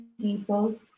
people